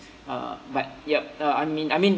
uh but yup uh I mean I mean